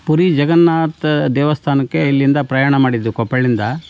ಪುರಿ ಜಗನ್ನಾಥ ದೇವಸ್ಥಾನಕ್ಕೆ ಇಲ್ಲಿಂದ ಪ್ರಯಾಣ ಮಾಡಿದ್ದು ಕೊಪ್ಪಳಿಂದ